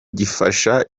gifasha